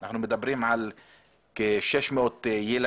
אנחנו מלווים את סוגיית מוקדי השרות,